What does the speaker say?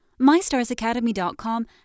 MyStarsAcademy.com